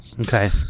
Okay